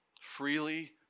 Freely